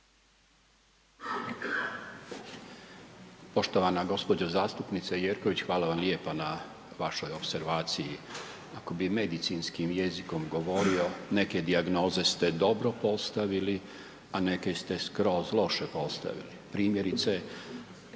Poštovana gospođa zastupnice Jerković, hvala vam lijepo na vašoj opservaciji. Ako bi medicinskim jezikom govorio, neke dijagnoze ste dobro postavili a neke ste skroz loše postavili. Primjerice,